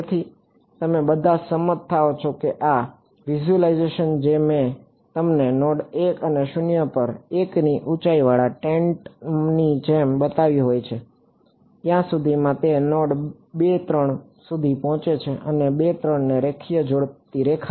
તેથી તમે બધા સંમત થાઓ છો કે આ વિઝ્યુલાઇઝેશન જે મેં તમને નોડ 1 અને 0 પર 1 ની ઊંચાઈવાળા ટેન્ટની જેમ બતાવ્યું છે ત્યાં સુધીમાં તે નોડ 2 3 સુધી પહોંચે છે અને 2 3 ને જોડતી રેખા